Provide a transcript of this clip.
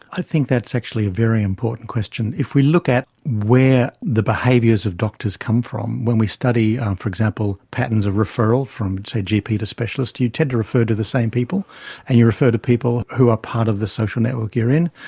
i think that's actually a very important question. if we look at where the behaviours of doctors come from, when we study, for example, patterns of referral from, say, gp to specialist, you tend to refer to the same people and you refer to people who are part of the social network you are in.